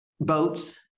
boats